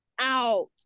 out